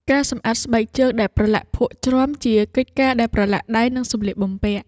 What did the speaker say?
ការសម្អាតស្បែកជើងដែលប្រឡាក់ភក់ជ្រាំ ជាកិច្ចការដែលប្រឡាក់ដៃ និងសម្លៀកបំពាក់។